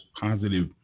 positive